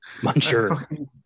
Muncher